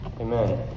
Amen